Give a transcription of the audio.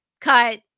cut